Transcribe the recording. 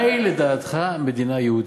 מהי לדעתך מדינה יהודית?